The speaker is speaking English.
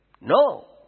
No